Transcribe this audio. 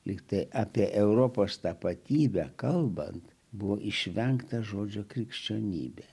lygtai apie europos tapatybę kalbant buvo išvengta žodžio krikščionybė